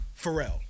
Pharrell